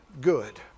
good